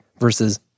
versus